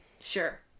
Sure